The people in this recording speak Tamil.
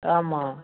ஆமாம்